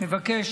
מבקש